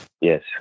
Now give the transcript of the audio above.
Yes